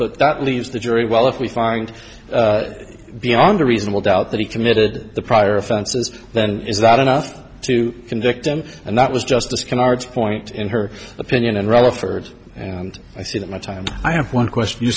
but that leaves the jury well if we find beyond a reasonable doubt that he committed the prior offenses then is that enough to convict him and that was justice canards point in her opinion and rather for it and i see that my time i have one question you